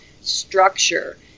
structure